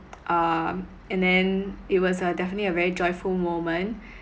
um and then it was a definitely a very joyful moment